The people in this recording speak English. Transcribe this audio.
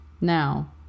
now